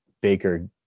Baker